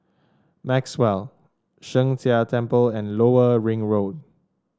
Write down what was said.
Maxwell Sheng Jia Temple and Lower Ring Road